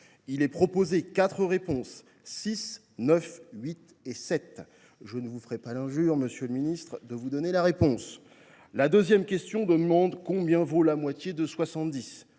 sont proposées : 6, 9, 8 et 7. Je ne vous ferai pas l’injure, monsieur le ministre, de vous donner la bonne. La deuxième question demande combien vaut la moitié de 70,